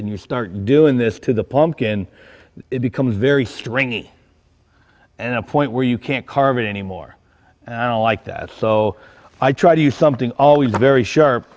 and you start doing this to the pumpkin it becomes very stringy and a point where you can't carve it anymore and i don't like that so i try to use something always very sharp